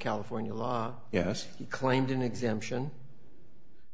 california law yes you claimed an exemption